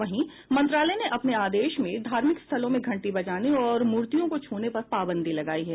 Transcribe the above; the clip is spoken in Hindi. वहीं मंत्रालय ने अपने आदेश में धार्मिक स्थलों में घंटी बजाने और मूर्तियों को छूने पर पाबंदी लगायी है